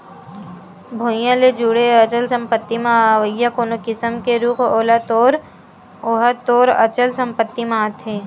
भुइँया ले जुड़े अचल संपत्ति म अवइया कोनो किसम के रूख ओहा तोर अचल संपत्ति म आथे